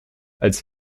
als